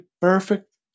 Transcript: perfect